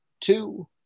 two